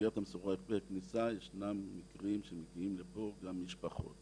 במסגרת מסורבי הכניסה ישנם מקרים שמגיעים לפה גם משפחות.